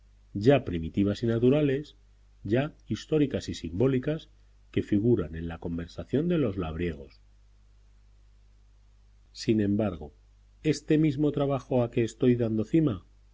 ya primitivas y naturales ya históricas y simbólicas que figuran en la conversación de los labriegos sin embargo este mismo trabajo a que estoy dando cima